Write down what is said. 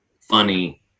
funny